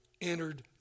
entered